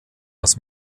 aus